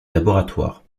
laboratoire